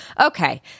Okay